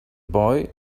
boy